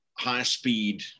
high-speed